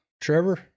Trevor